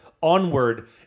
onward